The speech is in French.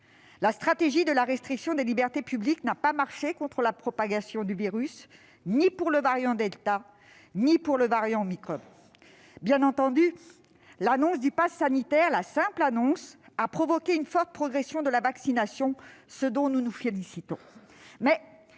La stratégie de la restriction des libertés publiques n'a pas marché contre la propagation du virus, ni pour le variant delta ni pour le variant omicron. Bien entendu, la simple annonce du passe sanitaire a provoqué une forte progression de la vaccination, ce dont nous nous félicitons.